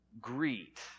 Greet